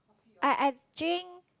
I I drink